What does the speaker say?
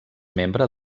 membre